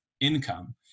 income